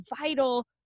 vital